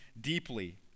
deeply